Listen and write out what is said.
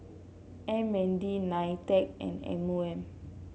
M N D Nitec and M O M